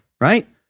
right